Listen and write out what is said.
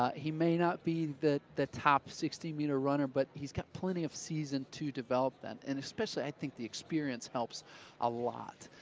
he may not be the the top sixty m you know runner, but he's got plenty of season to develop that and especially i think the experience helps a lot.